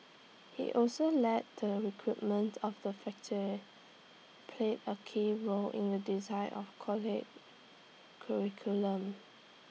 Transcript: he also led the recruitment of the played A key role in the design of college's curriculum